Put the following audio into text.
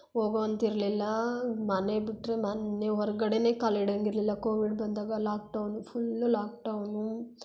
ಹೋಗೊ ಅಂತೆ ಇರಲಿಲ್ಲ ಮನೆ ಬಿಟ್ಟರೆ ಮನೆ ಹೊರ್ಗಡೆಯೇ ಕಾಲಿಡಂಗೆ ಇರಲಿಲ್ಲ ಕೋವಿಡ್ ಬಂದಾಗ ಲಾಕ್ಡೌನು ಫುಲ್ಲು ಲಾಕ್ಡೌನು